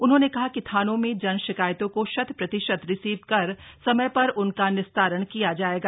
उन्होंने कहा कि थानों में जन शिकायतों को शत प्रतिशत रिसीव कर समय पर उनका निस्तारण किया जाएगा